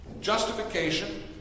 Justification